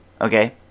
okay